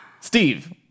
steve